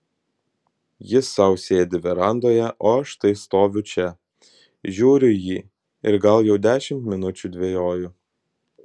jis sau sėdi verandoje o aš štai stoviu čia žiūriu į jį ir gal jau dešimt minučių dvejoju